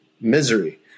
misery